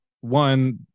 one